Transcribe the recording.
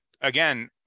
again